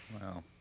Wow